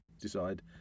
decide